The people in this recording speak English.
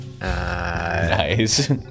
Nice